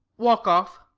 walk off.